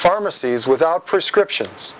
pharmacies without prescriptions